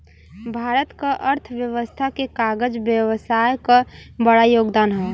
भारत क अर्थव्यवस्था में कागज व्यवसाय क बड़ा योगदान हौ